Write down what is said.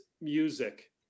music